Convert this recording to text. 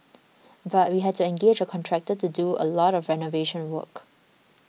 but we had to engage a contractor to do a lot of renovation work